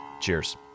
Cheers